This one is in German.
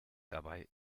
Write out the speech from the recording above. dabei